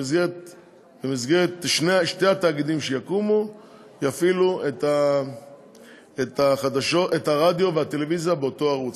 במסגרת שני התאגידים שיקומו יפעילו את הרדיו והטלוויזיה באותו ערוץ.